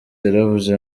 yaravuze